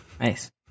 Nice